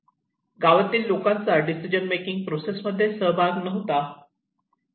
गावातील लोकांचा decision making process मध्ये सहभाग नव्हता